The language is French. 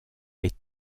est